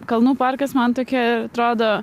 kalnų parkas man tokia atrodo